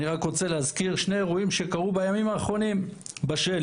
אני רק רוצה להזכיר שני אירועים שקרו בימים האחרונים בשלג,